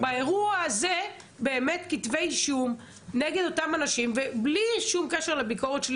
באירוע הזה כתבי אישום נגד אותם אנשים ובלי שום קשר לביקורת שלי